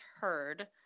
heard